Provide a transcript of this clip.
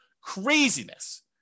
Craziness